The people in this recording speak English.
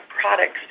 products